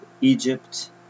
Egypt